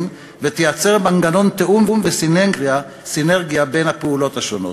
ותייצר מנגנון תיאום וסינרגיה בין הפעולות השונות.